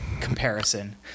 Comparison